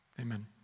Amen